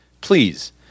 please